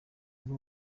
ngo